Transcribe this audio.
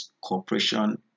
cooperation